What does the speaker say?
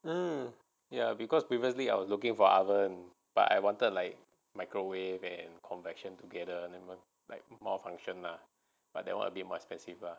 um ya because previously I was looking for oven but I wanted like microwave and convention together and like more function lah but there will be more expensive lah